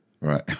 right